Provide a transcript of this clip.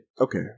Okay